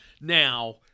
Now